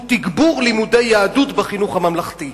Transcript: הוא תגבור לימודי יהדות בחינוך הממלכתי.